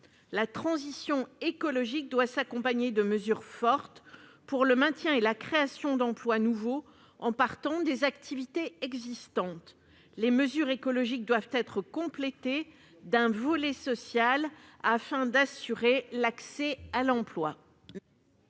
la transition écologique doit s'accompagner de mesures fortes pour le maintien et la création d'emplois nouveaux, en partant des activités existantes, les mesures écologiques doivent être complété d'un volet social afin d'assurer l'accès à l'emploi.